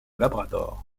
labrador